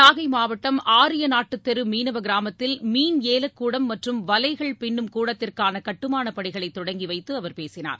நாகை மாவட்டம் ஆரியநாட்டுதெரு மீனவ கிராமத்தில் மீன் ஏலக்கூடம் மற்றும் வலைகள் பின்னும் கூடத்திற்கான கட்டுமானப் பணிகளை தொடங்கி வைத்து அவர் பேசினார்